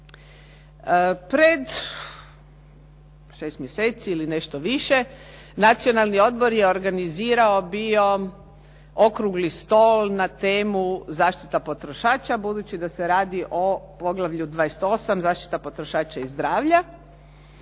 Pred šest mjeseci ili nešto više Nacionalni odbor je organizirao bio Okrugli stol na temu "Zaštita potrošača" budući da se radi o poglavlju 28 – Zaštita potrošača i zdravlja